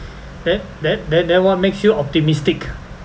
then then then then what makes you optimistic